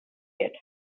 yet